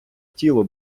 тіло